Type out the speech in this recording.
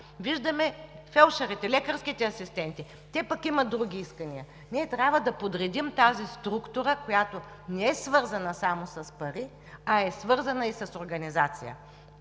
Виждаме фелдшерите, лекарските асистенти – те пък имат други искания. Ние трябва да подредим тази структура, която не е свързана само с пари, а е свързана и с организация.